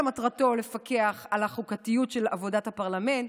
שמטרתו לפקח על החוקתיות של עבודת הפרלמנט.